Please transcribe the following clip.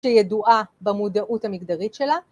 שידועה במודעות המגדרית שלה.